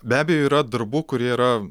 be abejo yra darbų kurie yra